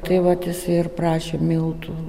tai vat jisai ir prašė miltų